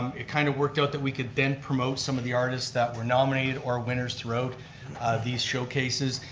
um it kind of worked out that we could then promote some of the artists that were nominated or winners throughout these showcases.